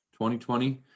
2020